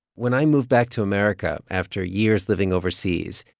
when i moved back to america, after years living overseas,